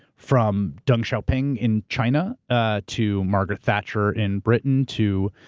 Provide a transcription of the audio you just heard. from deng xiaoping in china, ah to margaret thatcher in britain, to